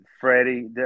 Freddie